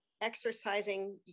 exercising